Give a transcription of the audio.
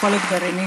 לכל המזרח